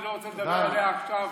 אני לא רוצה לדבר עליה עכשיו.